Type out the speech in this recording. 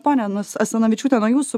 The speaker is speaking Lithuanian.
pone nus asanavičiūte nuo jūsų